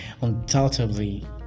undoubtedly